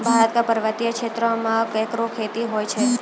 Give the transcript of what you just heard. भारत क पर्वतीय क्षेत्रो म एकरो खेती होय छै